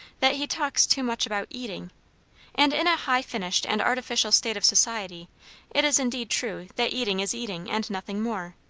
that he talks too much about eating and in a high-finished and artificial state of society it is indeed true that eating is eating, and nothing more.